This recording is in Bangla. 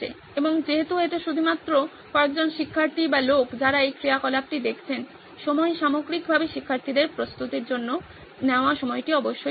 এবং যেহেতু এটি শুধুমাত্র কয়েকজন শিক্ষার্থী বা লোক যারা এই ক্রিয়াকলাপটি দেখছেন সময় সামগ্রিকভাবে শিক্ষার্থীদের প্রস্তুতির জন্য নেওয়া সময়টি অবশ্যই রয়েছে